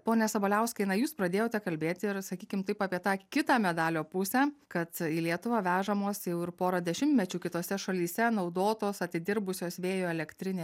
pone sabaliauskai na jūs pradėjote kalbėti ir sakykim taip apie tą kitą medalio pusę kad į lietuvą vežamos jau ir porą dešimtmečių kitose šalyse naudotos atidirbusios vėjo elektrinės